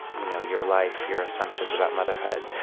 you know, your life, your assumptions about motherhood,